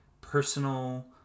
personal